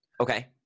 Okay